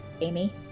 Amy